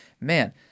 man